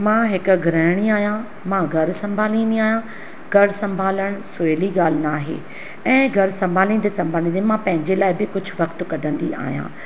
मां हिकु ग्रहणी आहियां मां घरु संभालींदी आहियां घरु संभालण सवली ॻाल्हि ना आहे ऐं घरु संभालींदे संभालींदे मां पंहिंजे लाइ बि कुझु वक़्तु कढंदी आहियां